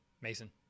Mason